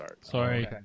Sorry